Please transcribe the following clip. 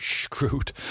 screwed